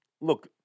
look